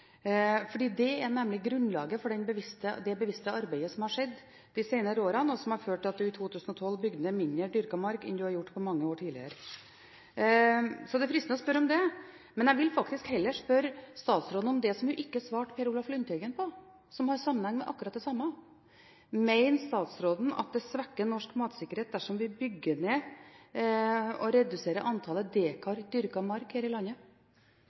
har skjedd de senere årene, og som har ført til at man i 2012 bygde ned mindre dyrket mark enn man har gjort på mange år. Det er fristende å spørre om det, men jeg vil faktisk heller spørre statsråden om det hun ikke svarte Per Olaf Lundteigen på, som har sammenheng med akkurat det samme. Mener statsråden at det svekker norsk matsikkerhet dersom vi bygger ned og reduserer antallet dekar dyrket mark her i landet?